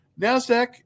NASDAQ